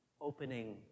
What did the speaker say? opening